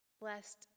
Blessed